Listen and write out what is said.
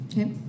Okay